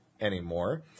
anymore